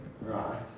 Right